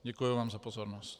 Děkuji vám za pozornost.